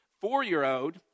four-year-old